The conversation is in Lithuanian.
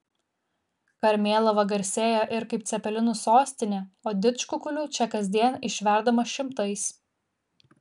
karmėlava garsėja ir kaip cepelinų sostinė o didžkukulių čia kasdien išverdama šimtais